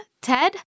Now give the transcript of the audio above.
Ted